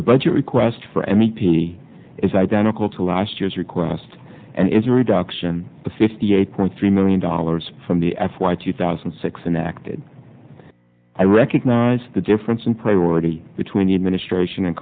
the budget request for m e p is identical to last year's request and is a reduction the fifty eight point three million dollars from the f y two thousand and six and acted i recognize the difference in priority between the administration